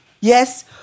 yes